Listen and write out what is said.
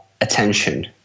attention